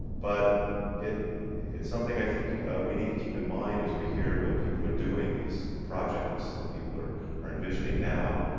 but it it's something i think we need to keep in mind as we hear what people are doing, these projects that people are are envisioning now,